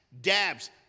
dabs